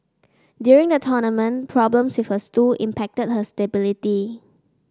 during the tournament problems with her stool impacted her stability